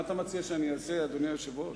מה אתה מציע שאעשה, אדוני היושב-ראש?